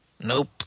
Nope